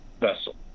vessel